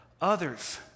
others